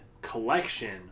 collection